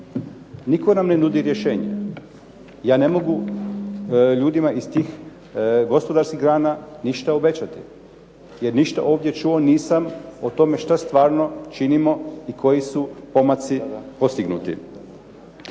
Nitko nam ne nudi rješenje. Ja ne mogu ljudima iz tih gospodarskih grana ništa obećati, jer ništa ovdje čuo nisam o tome što stvarno činimo i koji su pomaci postignuti.